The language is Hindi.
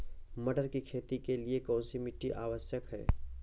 मटर की खेती के लिए कौन सी मिट्टी आवश्यक है?